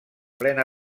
plena